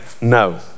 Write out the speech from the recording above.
no